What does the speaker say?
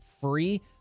free